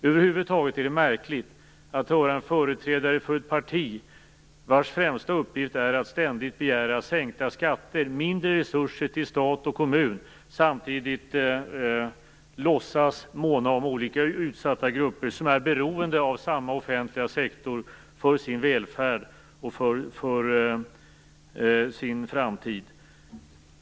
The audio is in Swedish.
Över huvud taget är det märkligt att höra en företrädare för ett parti vars främsta uppgift är att ständigt begära sänkta skatter och mindre resurser till stat och kommun låtsas måna om olika utsatta grupper som är beroende av samma offentliga sektor för sin välfärd och för sin framtid.